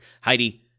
Heidi